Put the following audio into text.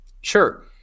Sure